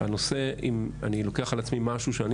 אם אני לוקח על עצמי משהו שאני,